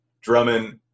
drummond